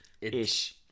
ish